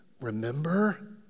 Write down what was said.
remember